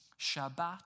Shabbat